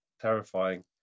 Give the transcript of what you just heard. terrifying